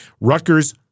Rutgers